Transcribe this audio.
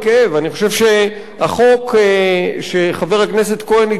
אני חושב שהחוק שחבר הכנסת כהן הקדיש לו